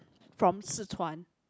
from Sichuan